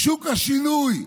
שוק השינוי,